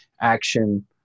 action